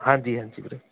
ਹਾਂਜੀ ਹਾਂਜੀ ਵੀਰੇ